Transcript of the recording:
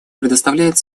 представляет